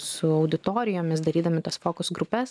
su auditorijomis darydami tas fokus grupes